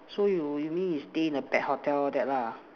so you you mean you stay in a pet hotel all that lah